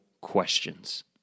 questions